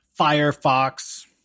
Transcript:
Firefox